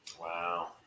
Wow